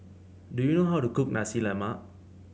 do you know how to cook Nasi Lemak